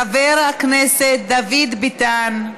חבר הכנסת דוד ביטן,